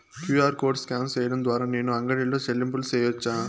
QR code scan సేయడం ద్వారా నేను అంగడి లో చెల్లింపులు సేయొచ్చా?